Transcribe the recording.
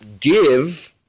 give